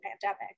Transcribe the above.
pandemic